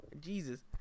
Jesus